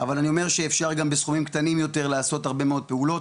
אבל אני אומר שאפשר גם בסכומים קטנים יותר לעשות הרבה מאוד פעולות,